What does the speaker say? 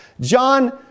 John